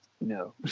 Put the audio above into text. no